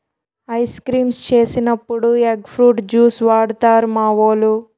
ice creams చేసినప్పుడు egg fruit juice వాడుతారు మావోలు